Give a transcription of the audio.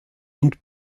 und